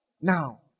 now